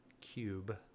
cube